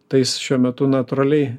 tais šiuo metu natūraliai